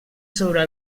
sobre